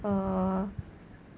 err err